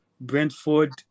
Brentford